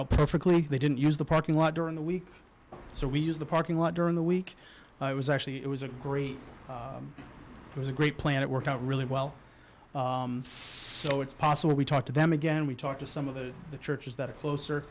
out perfectly they didn't use the parking lot during the week so we used the parking lot during the week i was actually it was a great it was a great plan it worked out really well so it's possible we talk to them again we talk to some of the churches that are closer